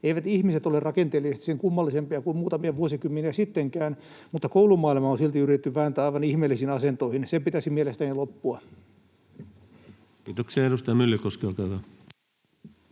Eivät ihmiset ole rakenteellisesti sen kummallisempia kuin muutamia vuosikymmeniä sitten, mutta koulumaailmaa on silti yritetty vääntää aivan ihmeellisiin asentoihin. Sen pitäisi mielestäni loppua. [Speech 219] Speaker: